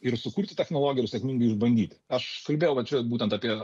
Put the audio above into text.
ir sukurti technologiją ir sėkmingai išbandyti aš kalbėjau va čia būtent apie